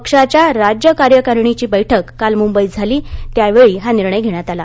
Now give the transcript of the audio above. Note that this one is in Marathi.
पक्षाच्या राज्य कार्यकारीणीची बैठक काल मुंबईत झाली त्यावेळी हा निर्णय घेण्यात आला